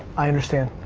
i understand.